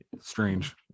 strange